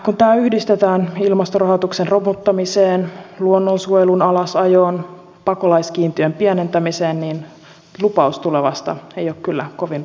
kun tämä yhdistetään ilmastorahoituksen romuttamiseen luonnonsuojelun alasajoon pakolaiskiintiön pienentämiseen niin lupaus tulevasta ei ole kyllä kovin ruusuinen